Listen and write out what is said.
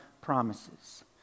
promises